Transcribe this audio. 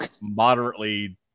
moderately